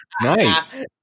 nice